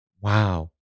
Wow